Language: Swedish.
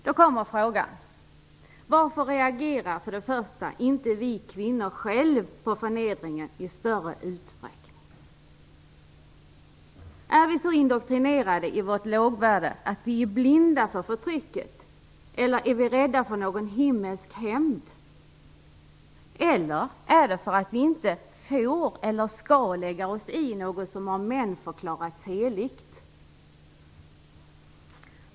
Då kommer frågan: Varför reagerar för det första inte vi kvinnor själva på förnedringen i större utsträckning? Är vi så indoktrinerade i vårt lågvärde att vi är blinda för förtrycket? Eller är vi rädda för någon himmelsk hämnd? Eller är det för att vi inte får eller skall lägga oss i något som av män förklarats heligt?